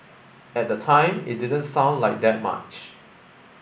at the time it didn't sound like that much